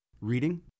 reading